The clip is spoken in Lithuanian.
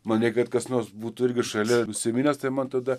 mane kad kas nors būtų irgi šalia prisiminęs tema tada